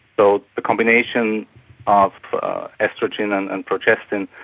so the combination of oestrogen and and progestogen